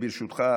ברשותך,